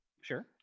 Sure